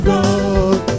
God